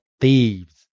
thieves